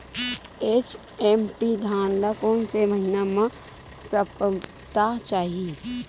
HMT धान ल कोन से महिना म सप्ता चाही?